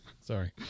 sorry